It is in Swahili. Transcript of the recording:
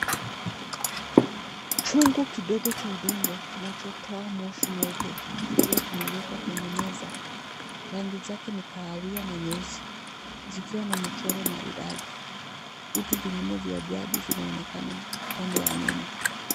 Chungu kidogo cha udongo kinachotoa moshi mweupe kikiwa kimewekwa kwenye meza. Rangi zake ni kahawia na nyeusi zikiwa na michoro maridadi. Vitu vingine vya hadi vinaonekana upande wa nyuma.